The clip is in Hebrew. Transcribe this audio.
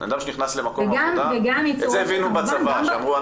את זה הבינו בצבא שאמרו,